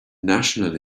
national